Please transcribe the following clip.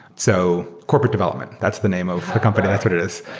so corporate development, that's the name of the company. that's what it is,